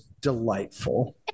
delightful